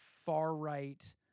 far-right